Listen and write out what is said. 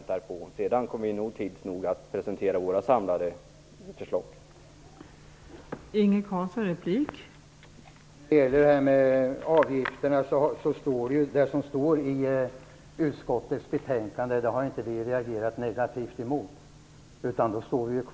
Tids nog kommer vi nog att presentera våra samlade förslag.